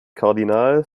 kardinal